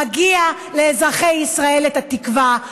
מגיעה לאזרחי ישראל תקווה,